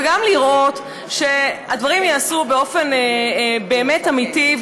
וגם לראות שהדברים ייעשו באופן באמת אמיתי,